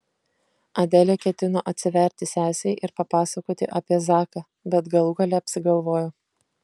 adelė ketino atsiverti sesei ir papasakoti apie zaką bet galų gale apsigalvojo